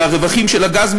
מהרווחים של הגז,